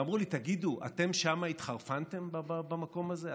ואמרו לי: תגידו, אתם שם התחרפנתם, במקום הזה?